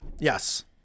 Yes